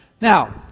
Now